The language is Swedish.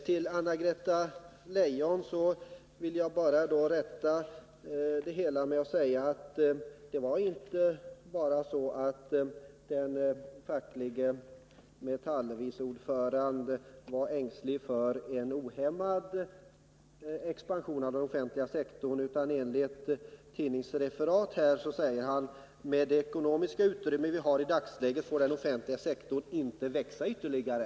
Till Anna-Greta Leijon vill jag komma med rättelsen att det inte bara var så att den facklige vice ordföranden i Metall var ängslig för en ohämmad expansion av den offentliga sektorn. Enligt ett tidningsreferat sade han att med det ekonomiska utrymme som vi har i dag får den offentliga sektorn inte växa ytterligare.